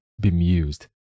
bemused